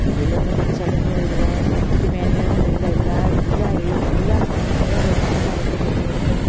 തയ്യലൊന്നും പഠിച്ചാലൊന്നും ഒത്തിരി മേന്മയൊന്നുമില്ല എല്ലാ സാധനങ്ങളും റെഡിമേയ്ഡായിട്ട് കിട്ടും ഉടുപ്പും